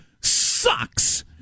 sucks